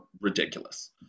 ridiculous